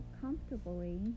comfortably